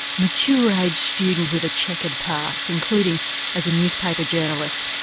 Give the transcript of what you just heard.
mature-age student with a chequered past including as a newspaper journalist.